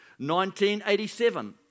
1987